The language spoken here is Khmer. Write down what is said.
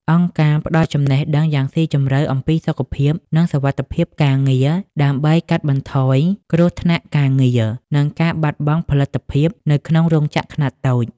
អង្គការផ្ដល់ចំណេះដឹងយ៉ាងស៊ីជម្រៅអំពីសុខភាព និងសុវត្ថិភាពការងារ ដើម្បីកាត់បន្ថយគ្រោះថ្នាក់ការងារ និងការបាត់បង់ផលិតភាពនៅក្នុងរោងចក្រខ្នាតតូច។